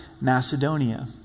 Macedonia